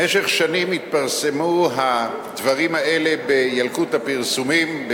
במשך שנים התפרסמו הדברים האלה בילקוט הפרסומים,